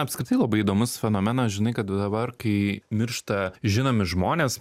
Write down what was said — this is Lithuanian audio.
apskritai labai įdomus fenomenas žinai kad dabar kai miršta žinomi žmonės